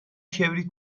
کبریت